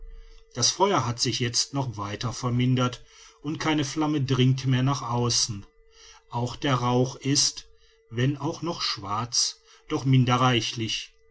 das feuer hat sich jetzt noch weiter vermindert und keine flamme dringt mehr nach außen auch der rauch ist wenn auch noch schwarz doch minder reichlich